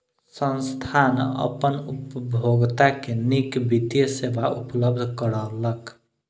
संस्थान अपन उपभोगता के नीक वित्तीय सेवा उपलब्ध करौलक